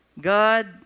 God